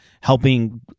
helping